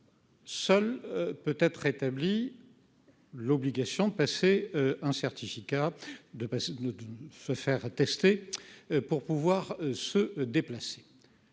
Seul peut être rétabli l'obligation passer un certificat de ne de se faire tester pour pouvoir se déplacer.